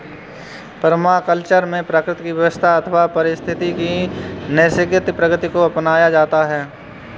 permaculture में प्रकृति की व्यवस्था अथवा पारिस्थितिकी की नैसर्गिक प्रकृति को अपनाया जाता है